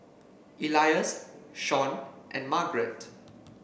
Elias Shawn and Margarett